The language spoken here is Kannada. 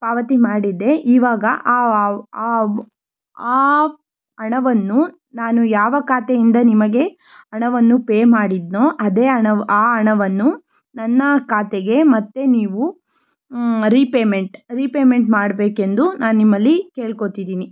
ಪಾವತಿ ಮಾಡಿದ್ದೆ ಇವಾಗ ಆ ಹಣವನ್ನು ನಾನು ಯಾವ ಖಾತೆಯಿಂದ ನಿಮಗೆ ಹಣವನ್ನು ಪೇ ಮಾಡಿದ್ದೆನೋ ಅದೇ ಹಣವ ಆ ಹಣವನ್ನು ನನ್ನ ಖಾತೆಗೆ ಮತ್ತೆ ನೀವು ರೀಪೇಮೆಂಟ್ ರೀಪೇಮೆಂಟ್ ಮಾಡಬೇಕೆಂದು ನಾನು ನಿಮ್ಮಲ್ಲಿ ಕೇಳ್ಕೋತಿದ್ದೀನಿ